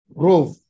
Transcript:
grove